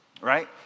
right